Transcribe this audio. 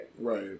Right